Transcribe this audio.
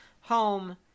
home